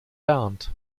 bernd